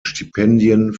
stipendien